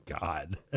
God